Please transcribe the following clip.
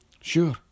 Sure